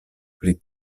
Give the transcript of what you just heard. pri